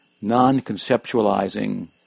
non-conceptualizing